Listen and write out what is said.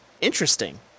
interesting